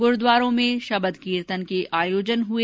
गुरूद्वारों में शब्द कीर्तन के आयोजन हुए